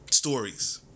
stories